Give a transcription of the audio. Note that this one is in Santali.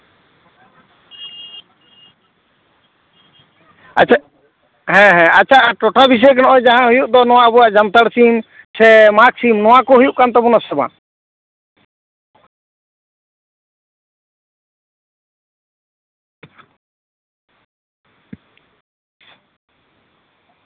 ᱟᱪᱪᱷᱟ ᱦᱮᱸ ᱦᱮᱸ ᱟᱪᱪᱷᱟ ᱴᱚᱴᱷᱟ ᱵᱤᱥᱮᱥ ᱡᱟᱦᱟᱸ ᱦᱩᱭᱩᱜ ᱫᱚ ᱱᱚᱣᱟ ᱟᱵᱚᱣᱟᱜ ᱡᱟᱱᱛᱷᱟᱲ ᱥᱤᱢ ᱥᱮ ᱢᱟᱜᱽ ᱥᱤᱢ ᱱᱚᱣᱟᱠᱚ ᱦᱩᱭᱩᱜ ᱠᱟᱱ ᱛᱟᱵᱚᱱᱟ ᱥᱮ ᱵᱟᱝ